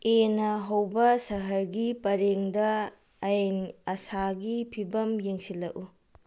ꯑꯦꯅ ꯍꯧꯕ ꯁꯍꯔꯒꯤ ꯄꯔꯦꯡꯗ ꯑꯏꯪ ꯑꯁꯥꯒꯤ ꯐꯤꯚꯝ ꯌꯦꯡꯁꯤꯜꯂꯛꯎ